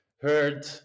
heard